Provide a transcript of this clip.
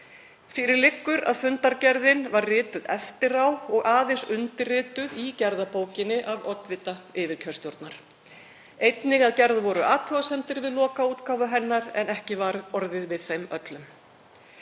Fyrir liggur að fundargerðin var rituð eftir á og aðeins undirrituð í gerðabókinni af oddvita yfirkjörstjórnar. Einnig að gerðar voru athugasemdir við lokaútgáfu hennar en ekki var orðið við þeim öllum.